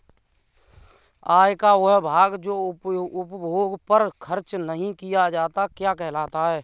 आय का वह भाग जो उपभोग पर खर्च नही किया जाता क्या कहलाता है?